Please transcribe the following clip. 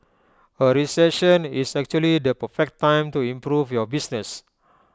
A recession is actually the perfect time to improve your business